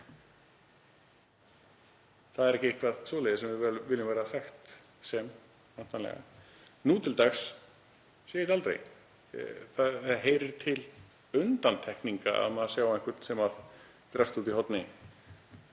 Það er ekki eitthvað svoleiðis sem við viljum vera þekkt fyrir. Nú til dags sé ég þetta aldrei. Það heyrir til undantekninga að maður sjái einhvern sem drepst úti í horni.